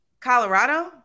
Colorado